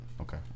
Okay